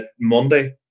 Monday